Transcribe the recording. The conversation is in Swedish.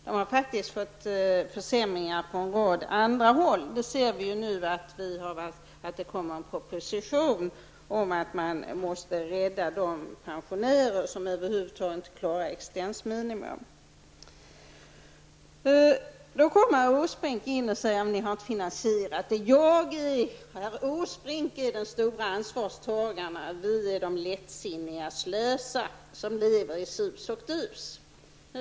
De har fått försämringar på en rad andra håll. Det kommer nu en proposition om att rädda de pensionärer som över huvud taget inte klarar existensminimum. Herr Åsbrink säger att vi inte har finansierat våra förslag. Han anser att socialdemokratin tar ansvar och att vi är de lättsinniga och slösaktiga som lever i sus och dus.